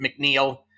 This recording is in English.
McNeil